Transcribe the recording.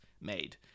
made